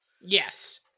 Yes